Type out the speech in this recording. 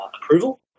approval